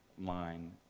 line